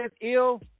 ill